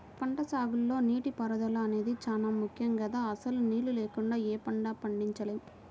పంటసాగులో నీటిపారుదల అనేది చానా ముక్కెం గదా, అసలు నీళ్ళు లేకుండా యే పంటా పండించలేము